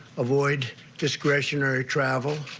avoid discretionary travel,